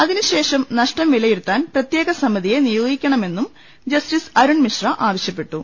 അതി നുശേഷം നഷ്ടം വിലയിരുത്താൻ പ്രത്യേക സമിതിയെ നിയോഗിക്കണമെന്നും ജസ്റ്റിസ് അരുൺമിശ്ര ആവശ്യ പ്പെട്ടു